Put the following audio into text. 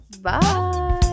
bye